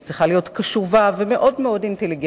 היא צריכה להיות קשובה ומאוד מאוד אינטליגנטית.